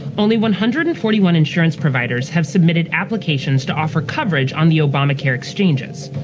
only one hundred and forty one insurance providers have submitted applications to offer coverage on the obamacare exchanges.